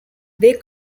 they